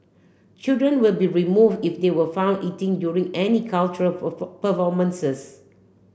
children will be remove if they were found eating during any cultural performances